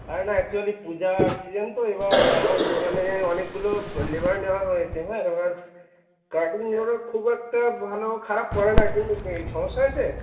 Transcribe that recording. আরে না অ্যাকচুয়ালি পূজার সিজেন তো এবার আমার দোকানে অনেকগুলো লেবার নেওয়া হয়েছে হ্যাঁ এবার কাটিং ওরা খুব একটা ভালো খারাপ করে না কিন্তু কি সমস্যা হয়েছে